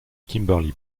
kimberly